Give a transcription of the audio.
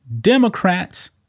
Democrats